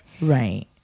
right